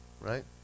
right